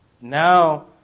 Now